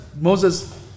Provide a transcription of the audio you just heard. Moses